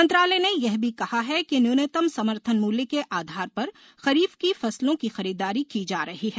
मंत्रालय ने यह भी कहा है कि न्यूनतम समर्थन मूल्य के आधार पर खरीफ की फसलों की खरीदारी की जा रही है